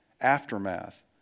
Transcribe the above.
aftermath